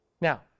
Now